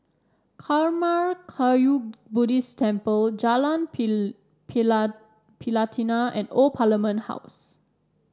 Karma Kagyud Buddhist Temple Jalan Pelatina and Old Parliament House